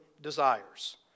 desires